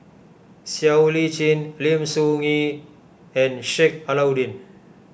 Siow Lee Chin Lim Soo Ngee and Sheik Alau'ddin